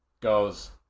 Goes